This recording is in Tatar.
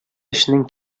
эшнең